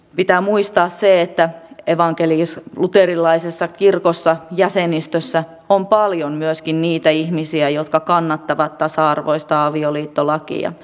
pitää muistaa se että evankelisluterilaisessa kirkossa jäsenistössä on paljon myöskin niitä ihmisiä jotka kannattavat tasa arvoista avioliittolakia